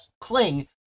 cling